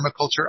permaculture